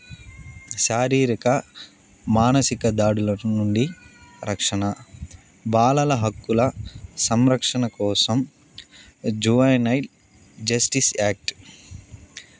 శారీరక మానసిక దాడుల నుండి రక్షణ బాలల హక్కుల సంరక్షణ కోసం జువైనైల్ జస్టిస్ యాక్ట్